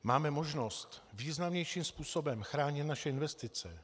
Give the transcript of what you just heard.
Máme možnost významnějším způsobem chránit naše investice.